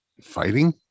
fighting